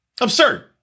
Absurd